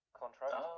contract